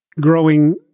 growing